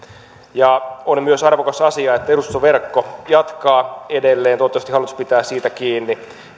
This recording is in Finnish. on myös arvokas asia että edustustoverkko jatkaa edelleen toivottavasti hallitus pitää siitä kiinni